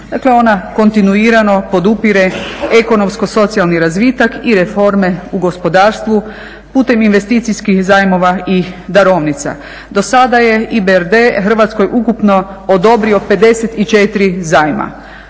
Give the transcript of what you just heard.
ona kontinuirano podupire ekonomsko-socijalni razvitak i reforme u gospodarstvu putem investicijskih zajmova i darovnica. Do sada je EBRD Hrvatskoj ukupno odobrio 54 zajma